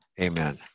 amen